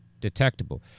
detectable